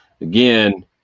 Again